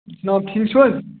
جناب ٹھیٖک چھُو حظ